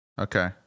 Okay